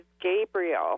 Gabriel